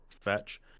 fetch